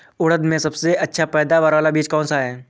उड़द में सबसे अच्छा पैदावार वाला बीज कौन सा है?